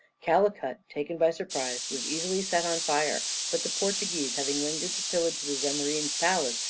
calicut, taken by surprise, was easily set on fire but the portuguese, having lingered to pillage the zamorin's palace,